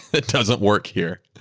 it doesn't work here.